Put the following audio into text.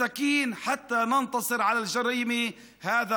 אנחנו לא מסיימים ביום זה,